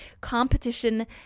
Competition